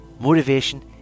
Motivation